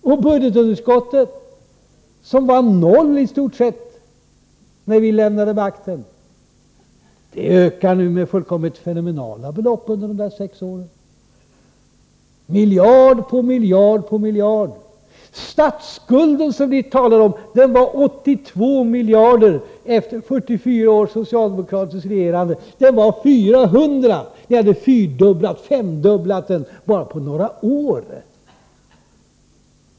Och budgetunderskottet, som var i stort sett noll när vi lämnade makten, ökade med fullkomligt fenomenala belopp under de där sex åren — miljard på miljard på miljard! Statsskulden, som ni talar om, var 82 miljarder efter 44 års socialdemokratiskt regerande, och den ökade till 400 — ni hade femdubblat den på bara några år!